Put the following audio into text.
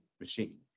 machine